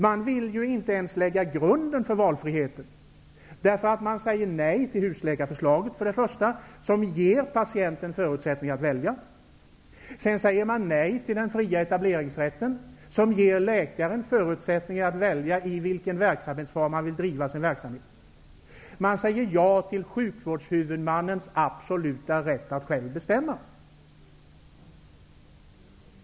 De vill ju inte ens lägga grunden för valfriheten. De säger först nej till husläkarförslaget, som ger patienten förutsättningar att välja. Sedan säger de nej till den fria etableringsrätten, som ger läkaren förutsättningar att välja i vilken form som han vill driva sin verksamhet. Socialdemokraterna säger ja till sjukvårdshuvudmannens absoluta rätta att själv bestämma.